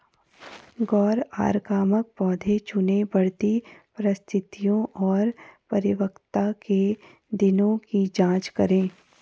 गैर आक्रामक पौधे चुनें, बढ़ती परिस्थितियों और परिपक्वता के दिनों की जाँच करें